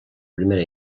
primera